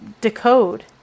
decode